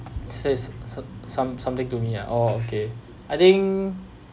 says some some something to me ah oh okay I think